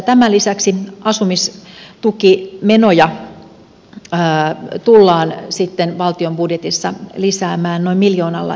tämän lisäksi asumistukimenoja tullaan sitten valtionbudjetissa lisäämään noin miljoonalla eurolla